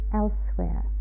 elsewhere